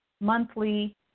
monthly